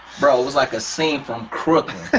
bro, it was like a scene from crooklyn,